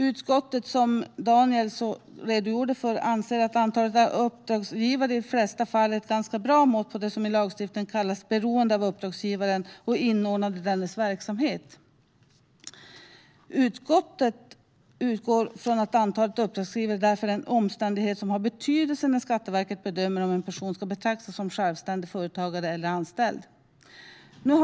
Utskottet anser - vilket Daniel redogjorde för - att antalet uppdragsgivare i de flesta fall är ett ganska bra mått på det som i lagstiftningen kallas "beroende av uppdragsgivaren" och "inordnad i dennes verksamhet". Utskottet utgår från att antalet uppdragsgivare därför är en omständighet som har betydelse när Skatteverket bedömer om en person ska betraktas som självständig företagare eller anställd.